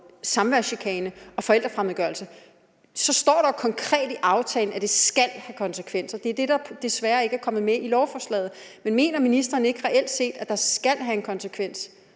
samværschikane og forældrefremmedgørelse, står der jo konkret i aftalen, at det skal have konsekvenser, og det er det, der desværre ikke er kommet med i lovforslaget. Men mener ministeren reelt set ikke, at det skal have en konsekvens,